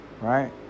right